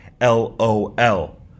lol